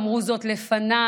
אמרו זאת לפניי,